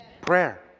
Prayer